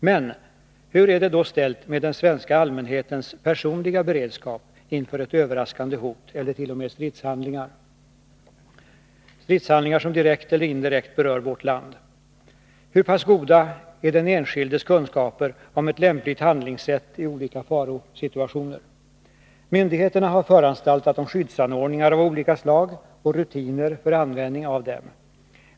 Men hur är det då ställt med den svenska allmänhetens personliga beredskap inför ett överraskande hot eller t.o.m. stridshandlingar som direkt eller indirekt berör vårt land? Hur pass goda är den enskildes kunskaper om ett lämpligt handlingssätt i olika farosituationer? Myndigheterna har föranstaltat om skyddsanordningar av olika slag och rutiner för användning av dem.